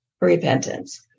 repentance